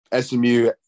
SMU